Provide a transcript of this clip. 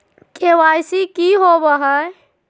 KYC की होबो है?